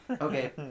Okay